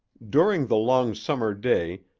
during the long summer day,